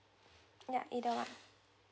ya either one